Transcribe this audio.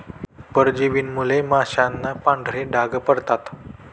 परजीवींमुळे माशांना पांढरे डाग पडतात